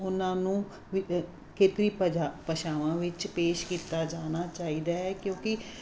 ਉਹਨਾਂ ਨੂੰ ਖੇਤਰੀ ਭਾਸ਼ਾ ਭਾਸ਼ਾਵਾਂ ਵਿੱਚ ਪੇਸ਼ ਕੀਤਾ ਜਾਣਾ ਚਾਹੀਦਾ ਹੈ ਕਿਉਂਕਿ